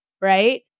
right